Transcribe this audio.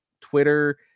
twitter